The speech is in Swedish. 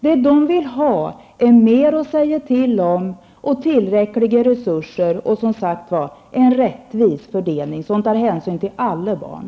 Vad de vill ha är mer att säga till om och tillräckliga resurser och, som sagt var, en rättvis fördelning som tar hänsyn till alla barn.